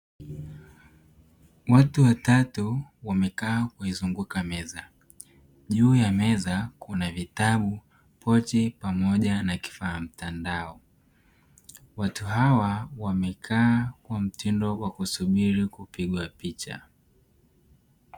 Watu watatu wamekaa kuizunguka meza, juu ya meza kuna vitabu, pochi pamoja na kifaa mtandao, watu hawa wamekaa kwa mtindo wa kusubiri kupigwa picha.